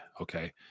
okay